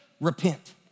repent